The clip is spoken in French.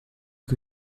que